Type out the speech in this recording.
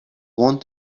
want